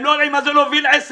הם לא יודעים מה זה להוביל עסק.